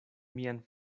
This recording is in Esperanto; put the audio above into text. mian